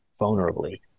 vulnerably